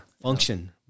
function